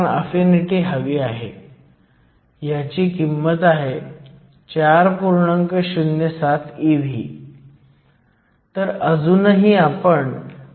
तर I gen जे कॅरियर्सच्या थर्मल जनरेशनमुळे करंट आहे ते क्रॉस सेक्शनल एरिया गुणिले डिप्लीशन रिजन रुंदी गुणिले nig आहे जेथे कॅरियर्सचा थर्मल लाइफटाइम आहे त्या मूल्यामध्ये देखील दिलेला आहे